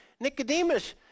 Nicodemus